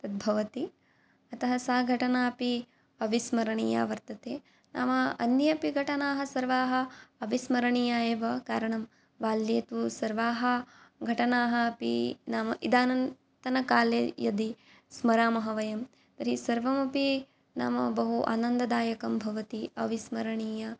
तद् भवति अतः सा घटना अपि अविस्मरणीया वर्तते नाम अन्ये अपि घटनाः सर्वाः अविस्मरणीया एव कारणं बाल्ये तु सर्वाः घटनाः अपि नाम इदानीन्तनकाले यदि स्मरामः वयं तर्हि सर्वमपि नाम बहु आनन्ददायकं भवति अविस्मरणीया